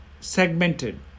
segmented